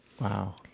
Wow